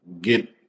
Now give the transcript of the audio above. get